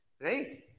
Right